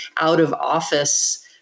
out-of-office